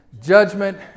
judgment